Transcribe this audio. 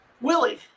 Willie